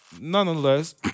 nonetheless